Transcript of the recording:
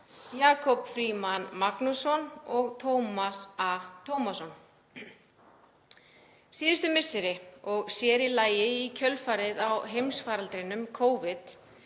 Jakob Frímann Magnússon og Tómas A. Tómasson. Síðustu misseri, og sér í lagi í kjölfarið á heimsfaraldri Covid,